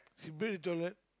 she bathe in toilet